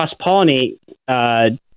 cross-pollinate